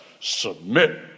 submit